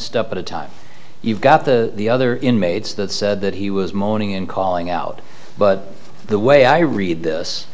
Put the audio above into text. step at a time you've got the other inmates that said that he was moaning and calling out but the way i read this